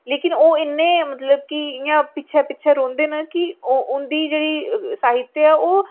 लेकिन ओह् इन्ने मतलब कि इ'यां पिच्छै पिच्छै रौंह्दे न कि उं'दी जेह्ड़ी साहित्य ऐ